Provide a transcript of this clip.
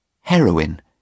heroin